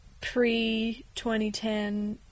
pre-2010